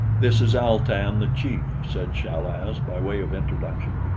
this is al-tan the chief, said chal-az by way of introduction.